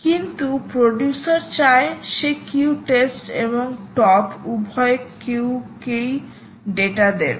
কিন্তু প্রডিউসার চায় সে কিউ টেস্ট এবং টপ উভয় কিউ কেই ডেটা দেবে